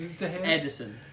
Edison